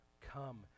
come